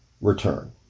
return